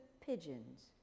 pigeons